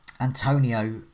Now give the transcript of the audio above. Antonio